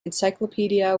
encyclopedia